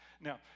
now